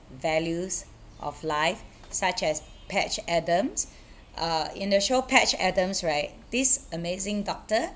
values of life such as patch adams uh in the show patch adams right this amazing doctor